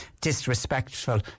disrespectful